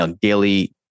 daily